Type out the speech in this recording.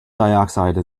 dioxide